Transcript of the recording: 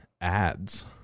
ads